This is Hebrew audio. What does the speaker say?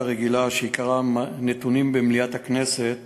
רגילה שעיקרה מתן נתונים במליאת הכנסת